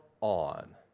on